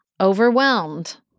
overwhelmed